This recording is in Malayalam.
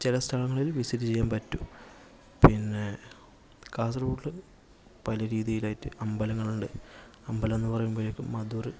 ചില സ്ഥലങ്ങളിൽ വിസിറ്റ് ചെയ്യാൻ പറ്റും പിന്നെ കാസർഗൊഡില് പല രീതിയിലായിട്ട് അമ്പലങ്ങൾ ഉണ്ട് അമ്പലമെന്ന് പറയുമ്പഴേക്കും